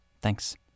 Thanks